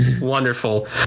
Wonderful